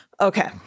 Okay